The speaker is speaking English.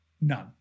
none